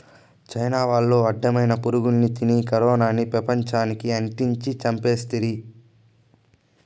China వాళ్లు అడ్డమైన పురుగుల్ని తినేసి కరోనాని పెపంచానికి అంటించి చంపేస్తిరి